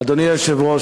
אדוני היושב-ראש,